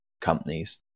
companies